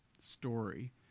story